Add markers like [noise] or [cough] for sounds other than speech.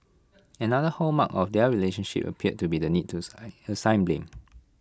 another hallmark of their relationship appeared to be the need to [unintelligible] assign blame